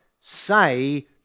say